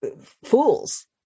fools